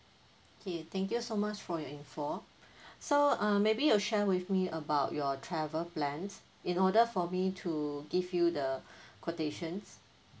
okay thank you so much for your info so uh maybe you share with me about your travel plans in order for me to give you the quotations